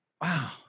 Wow